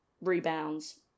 rebounds